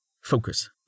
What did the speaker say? Focus